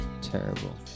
terrible